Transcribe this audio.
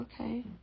okay